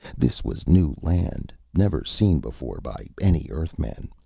this was new land, never seen before by any earthman.